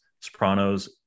Sopranos